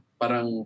parang